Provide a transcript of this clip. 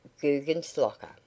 Guggenslocker